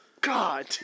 god